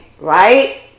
right